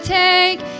take